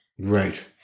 Right